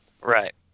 right